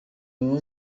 bari